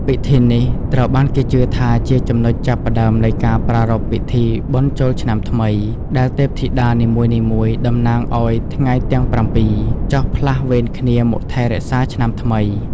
ពិធីនេះត្រូវបានគេជឿថាជាចំណុចចាប់ផ្ដើមនៃការប្រារព្ធពិធីបុណ្យចូលឆ្នាំថ្មី ដែលទេពធីតានីមួយៗតំណាងឲ្យថ្ងៃទាំងប្រាំពីរ ចុះផ្លាស់វេនគ្នាមកថែរក្សាឆ្នាំថ្មី។